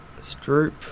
stroop